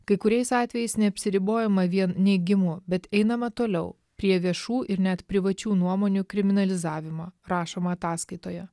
kai kuriais atvejais neapsiribojama vien neigimu bet einama toliau prie viešų ir net privačių nuomonių kriminalizavimo rašoma ataskaitoje